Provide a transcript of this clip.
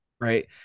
right